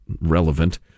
relevant